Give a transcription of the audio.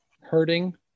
hurting